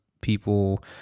people